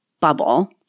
bubble